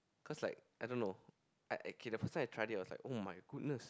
cause like I don't know I I okay the first time I tried it was like [oh]-my-goodness